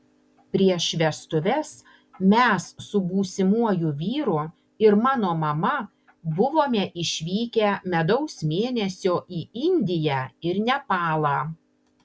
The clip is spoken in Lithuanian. prieš vestuves mes su būsimuoju vyru ir mano mama buvome išvykę medaus mėnesio į indiją ir nepalą